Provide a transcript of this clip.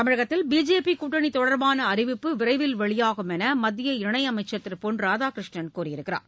தமிழகத்தில் பிஜேபி கூட்டணி தொடர்பான அறிவிப்பு விரைவில் வெளியாகும் என்று மத்திய இணை அமைச்சர் திரு பொன் ராதாகிருஷ்ணன் கூறியிருக்கிறார்